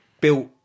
built